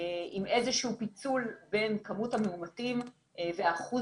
עם איזשהו פיצול בין כמות המאומתים והאחוז